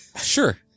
sure